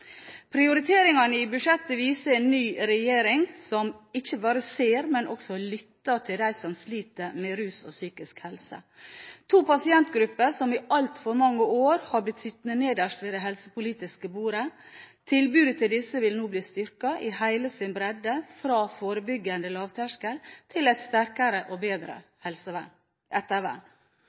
Prioriteringene i budsjettet viser en ny regjering, som ikke bare ser, men også lytter til dem som sliter med rus og psykisk helse; to pasientgrupper som i altfor mange år har blitt sittende nederst ved det helsepolitiske bordet. Tilbudet til disse vil nå bli styrket i hele sin bredde, fra forebyggende lavterskel til et sterkere og bedre